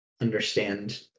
understand